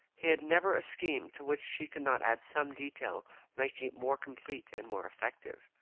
he had never a scheme to which she could not add some detail making it more complete and more effective.